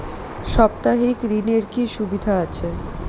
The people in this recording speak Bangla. সাপ্তাহিক ঋণের কি সুবিধা আছে?